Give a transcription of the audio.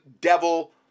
devil